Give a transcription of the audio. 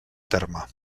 terme